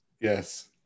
Yes